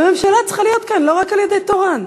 והממשלה צריכה להיות כאן לא רק על-ידי תורן.